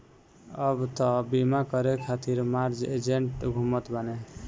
अब तअ बीमा करे खातिर मार एजेन्ट घूमत बाने